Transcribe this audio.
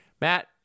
Matt